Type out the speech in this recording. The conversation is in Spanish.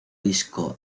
disco